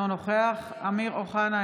אינו נוכח אמיר אוחנה,